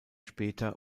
später